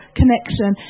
connection